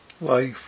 life